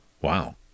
Wow